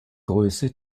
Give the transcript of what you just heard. größe